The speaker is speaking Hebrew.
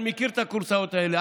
אני מכיר את הכורסאות האלה,